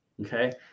okay